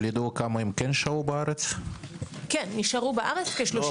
האם ידוע כמה הם שהו בארץ לפני